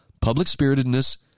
public-spiritedness